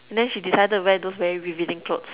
and then she decided wear those very revealing clothes